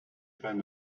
find